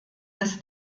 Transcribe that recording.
des